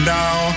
now